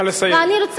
נא לסיים.